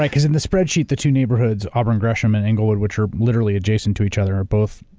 because in the spreadsheet, the two neighborhoods, auburn gresham and englewood, which are literally adjacent to each other or both,